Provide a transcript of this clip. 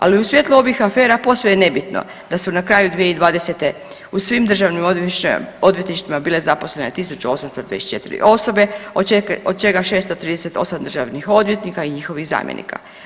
Ali u svjetlu ovih afera posve je nebitno da su na kraju 2020. u svim državnim odvjetništvima bile zaposlene 1824 osobe od čega 638 državnih odvjetnika i njihovih zamjenika.